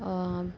और